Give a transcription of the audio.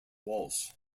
walsh